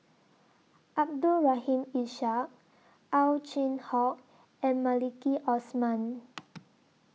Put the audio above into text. Abdul Rahim Ishak Ow Chin Hock and Maliki Osman